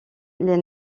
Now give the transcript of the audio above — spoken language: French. les